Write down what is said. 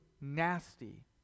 nasty